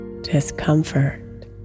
discomfort